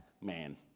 man